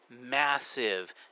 massive